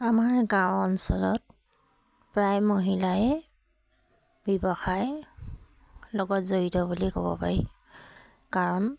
আমাৰ গাঁও অঞ্চলত প্ৰায় মহিলাই ব্যৱসায় লগত জড়িত বুলি ক'ব পাৰি কাৰণ